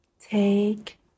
Take